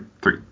Three